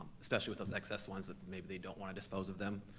especially with those excess ones that maybe they don't wanna dispose of them.